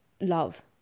love